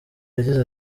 yagize